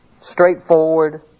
straightforward